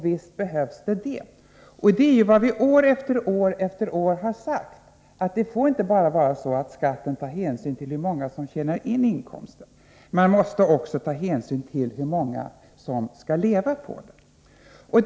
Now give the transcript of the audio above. Visst behövs det en sådan! Det är ju vad vi år efter år har sagt. Det får inte vara så att man vid beskattningen bara tar hänsyn till hur många som tjänar in inkomsten. Man måste också ta hänsyn till hur många som skall leva på den.